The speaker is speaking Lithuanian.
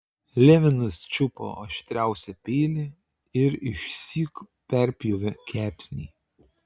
levinas čiupo aštriausią peilį ir išsyk perpjovė kepsnį